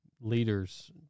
leaders